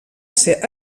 ser